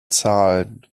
zahlen